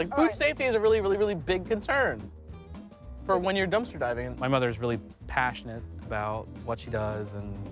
and food safety is a really, really, really big concern for when you're dumpster diving. alex and my mother is really passionate about what she does, and.